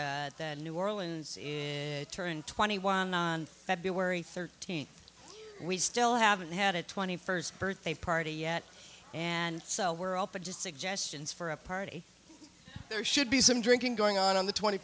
then new orleans is turn twenty one on february thirteenth we still haven't had a twenty first birthday party yet and so we're open to suggestions for a party there should be some drinking going on on the twenty